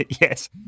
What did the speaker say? Yes